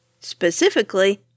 Specifically